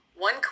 One